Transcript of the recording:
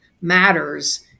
matters